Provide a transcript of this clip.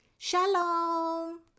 Shalom